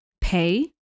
pay